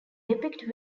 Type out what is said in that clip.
depict